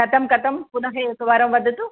कथं कथं पुनः एकवारं वदतु